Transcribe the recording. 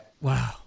Wow